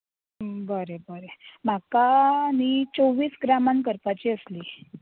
बरें बरें म्हाका न्ही चोवीस ग्रामान करपाची आसली